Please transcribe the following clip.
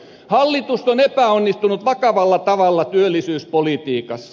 hallitus on epäonnistunut vakavalla tavalla työllisyyspolitiikassa